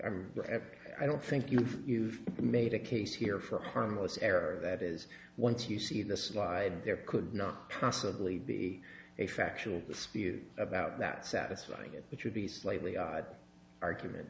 every i don't think you know you've made a case here for harmless error that is once you see the slide there could not possibly be a factual dispute about that satisfy you which would be slightly odd argument